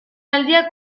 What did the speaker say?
aldia